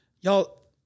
Y'all